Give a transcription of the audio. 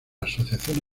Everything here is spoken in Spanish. asociación